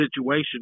situation